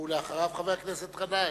ואחריו, חבר הכנסת גנאים.